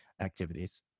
activities